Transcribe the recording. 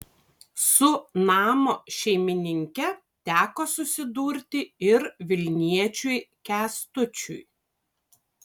su namo šeimininke teko susidurti ir vilniečiui kęstučiui